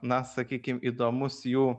na sakykim įdomus jų